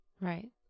Right